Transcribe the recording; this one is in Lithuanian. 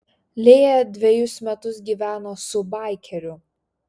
lėja dvejus metus gyveno su baikeriu